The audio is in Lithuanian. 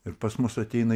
ir pas mus ateina